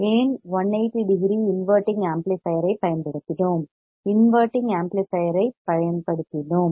ஏன் 180 degree inverting ஆம்ப்ளிபையர்யைப் பயன்படுத்தினோம் இன்வெர்ட்டிங் ஆம்ப்ளிபையர்யைப் பயன்படுத்தினோம்